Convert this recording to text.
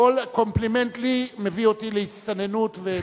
כל קומפלימנט לי מביא אותי להצטננות.